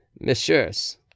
Messieurs